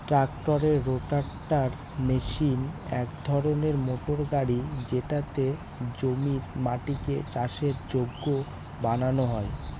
ট্রাক্টরের রোটাটার মেশিন এক ধরনের মোটর গাড়ি যেটাতে জমির মাটিকে চাষের যোগ্য বানানো হয়